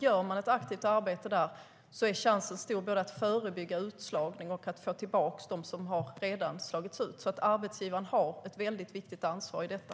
Gör man ett aktivt arbete där är chansen stor att man både förebygger utslagning och får tillbaka dem som redan har slagits ut. Arbetsgivaren har alltså ett väldigt viktigt ansvar i detta.